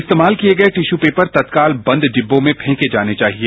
इस्तेमाल किये गये टिश्यू पेपर तत्काल बंद डिब्बों में फंके जाने चाहिए